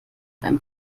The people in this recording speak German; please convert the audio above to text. beim